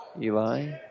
Eli